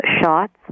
shots